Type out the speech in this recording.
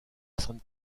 sainte